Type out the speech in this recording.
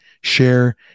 share